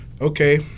okay